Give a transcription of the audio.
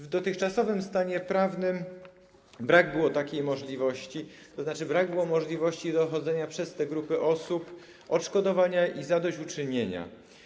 W dotychczasowym stanie prawnym brak było takiej możliwości, tzn. brak było możliwości dochodzenia przez te grupy osób odszkodowania i zadośćuczynienia.